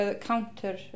counter